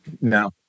No